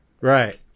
Right